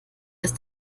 ist